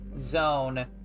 zone